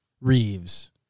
Reeves